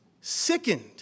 sickened